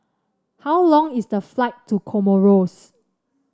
how long is the flight to Comoros